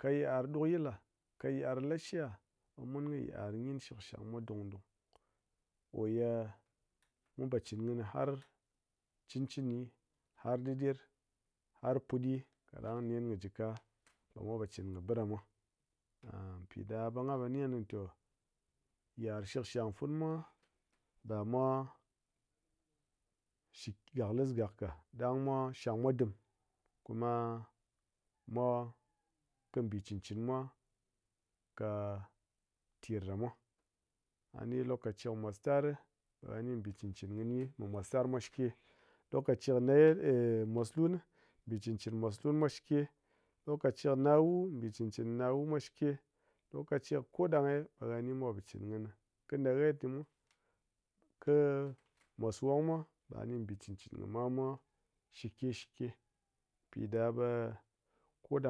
kɨ yit'ar ɗu yil la, kɨ yit'ar lashi ah ɓe mun kɨ yit'ar gyin shikshang mwa dung dung oh ye mun po cɨn kɨni har cɨn cɨni har ɗiɗer, har puɗi kaɗang nen kɨ ji ka ɓe mwa po chin kɨ ɓiɗa mwa, piɗa ɓe ngha po ni kɨni te yit'ar shikshang funu mwa, ɗa mwa gaklis gak ka ɗang mwa shang mwa dim kuma, mwa kɨ mbi chɨn chɨn mwa ka ter ɗa mwa. A ni lokachi kɨ mos tar ri ɓe ha ni bi cɨn cɨni kɨni ɓa mos tar mwa shike. Lokachi kɨ nahet mos lun ni bi chɨn chɨn mos lun mwa shike, lokachi kɨ nawu bi chɨn chɨn nawu mwa shike, lokachi kɨ ko ɗang gye ɓe ha ni mwa po cɨn kɨni, kɨ nahet gyi mwa, kɨ mos wong mwa ɓe ha ni bi cɨn cɨni kɨ mwa mwa shike shike pi ɗa ɓe-e koɗang.